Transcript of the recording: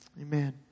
Amen